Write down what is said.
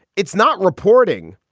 it's not reporting.